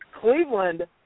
Cleveland